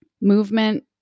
movement